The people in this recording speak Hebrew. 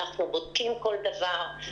אנחנו בודקים כל דבר,